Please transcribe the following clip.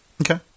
Okay